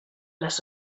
les